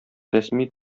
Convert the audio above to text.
рәсми